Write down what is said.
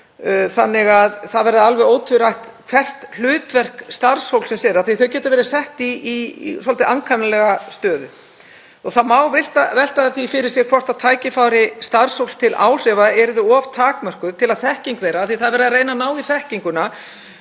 þannig að það verði alveg ótvírætt hvert hlutverk starfsfólksins er af því að það getur verið sett í svolítið ankannalega stöðu. Það má velta því fyrir sér hvort tækifæri starfsfólks til áhrifa verði of takmörkuð til að þekking þeirra, því að verið er að reyna að ná í þekkinguna,